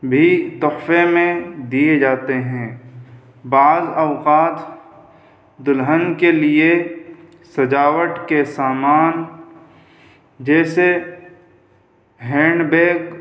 بھی تحفے میں دیے جاتے ہیں بعض اوقات دلہن کے لیے سجاوٹ کے سامان جیسے ہینڈ بیگ